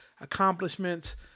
accomplishments